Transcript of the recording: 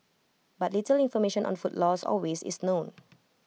but little information on food loss or waste is known